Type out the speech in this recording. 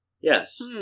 Yes